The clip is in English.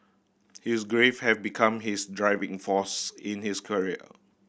his grief have become his driving force in his career